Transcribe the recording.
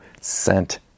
sent